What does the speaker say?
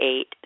eight